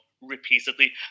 repeatedly